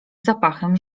zapachem